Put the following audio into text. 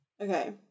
Okay